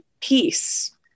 peace